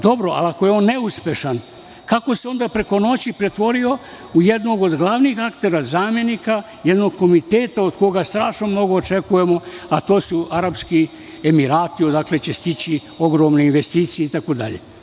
Dobro, ali ako je on neuspešan, kako se onda preko noći pretvorio u jednog od glavnih aktera zamenika jednog komiteta od koga strašno mnogo očekujemo, a to su Arapski Emirati, odakle će stići ogromne investicije itd?